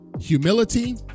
humility